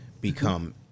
become